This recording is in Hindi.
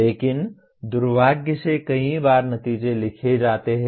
लेकिन दुर्भाग्य से कई बार नतीजे लिखे जाते हैं